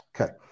Okay